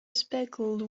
speckled